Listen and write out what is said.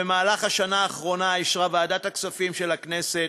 במהלך השנה האחרונה אישרה ועדת הכספים של הכנסת,